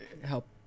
help